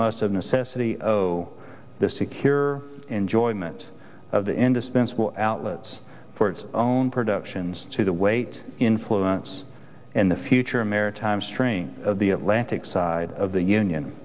must of necessity of the secure enjoyment of the indispensable outlets for its own productions to the weight influence in the future maritime strain of the atlantic side of the union